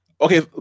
Okay